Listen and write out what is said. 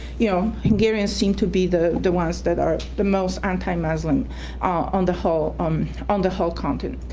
you know hungarians seem to be the the ones that are the most anti-muslim on the whole um on the whole continent.